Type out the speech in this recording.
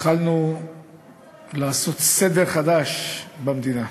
התחלנו לעשות סדר חדש במדינה,